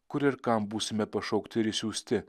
kur ir kam būsime pašaukti ir išsiųsti